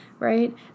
Right